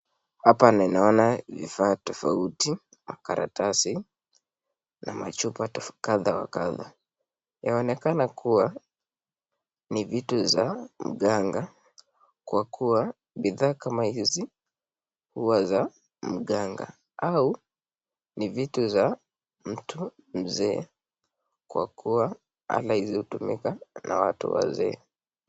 Hapa naona vifaa tofauti, makaratasi na machupa kadhaa wa kadhaa. Yaoanekana kuwa kuna vitu za uganga kwa kuwa bidhaa kama hizi juwa za mganga au ni vitu za mtu mzee kwa kuwa ama hizi hutumika na watu wazee.